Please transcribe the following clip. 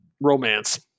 romance